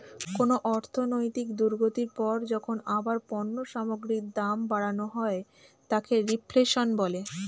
কোনো অর্থনৈতিক দুর্গতির পর যখন আবার পণ্য সামগ্রীর দাম বাড়ানো হয় তাকে রিফ্লেশন বলে